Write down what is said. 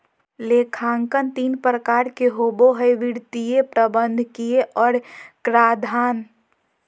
लेखांकन तीन प्रकार के होबो हइ वित्तीय, प्रबंधकीय और कराधान